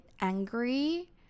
angry